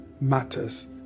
matters